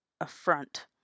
affront